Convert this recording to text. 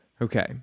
Okay